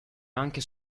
anche